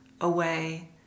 away